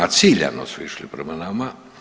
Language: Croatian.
Ciljano su išli prema nama.